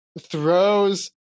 throws